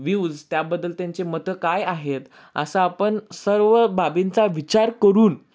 views त्याबद्दल त्यांचे मतं काय आहेत असं आपण सर्व बाबींचा विचार करून